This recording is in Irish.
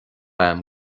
agam